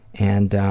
and